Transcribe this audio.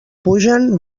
pugen